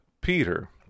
Peter